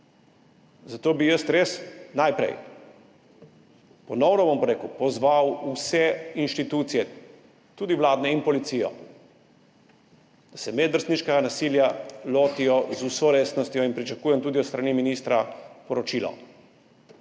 Zato bi jaz res najprej ponovno, bom rekel, pozval vse inštitucije, tudi vladne in policijo, da se medvrstniškega nasilja lotijo z vso resnostjo, in pričakujem tudi s strani ministra poročilo.